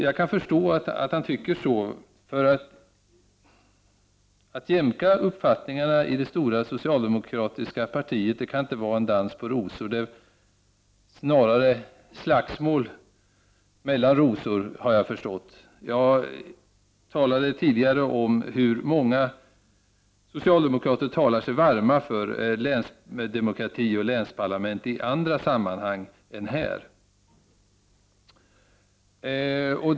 Jag kan förstå att han tycker så. Att jämka ihop uppfattningarna i det stora socialdemokratiska partiet kan inte vara en dans på rosor, snarare slagsmål mellan rosor har jag förstått. Jag talade tidigare om hur många socialdemokrater som talar sig varma för länsdemokrati och länsparlament i andra sammanhang än det här.